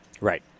Right